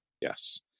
Yes